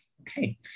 Okay